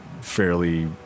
fairly